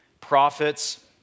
prophets